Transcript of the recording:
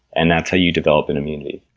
and that's how you develop an immunity.